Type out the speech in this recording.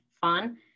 fun